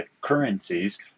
currencies